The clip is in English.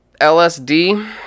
LSD